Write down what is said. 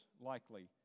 likely